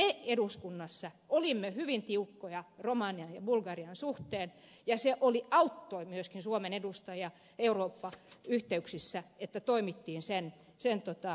kankaanniemi että me eduskunnassa olimme hyvin tiukkoja romanian ja bulgarian suhteen ja se auttoi myöskin suomen edustajia eurooppa yhteyksissä että toimittiin sen puolesta